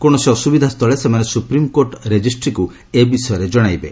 କୌଣସି ଅସୁବିଧାସ୍ଥଳେ ସେମାନେ ସୁପ୍ରିମକୋର୍ଟ ରେଜିଷ୍ଟ୍ରିକୁ ଏ ବିଷୟରେ ଜଣାଇବେ